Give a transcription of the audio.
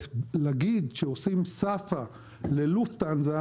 ולהגיד שעושים SAFA ללופטהנזה,